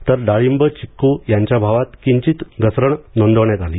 तर डाळिंब चिक्र यांच्या भावात किंचित घसरण नोंदविण्यात आली